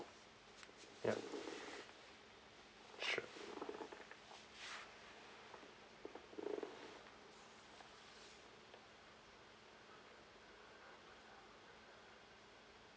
yup sure